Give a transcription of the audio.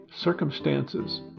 circumstances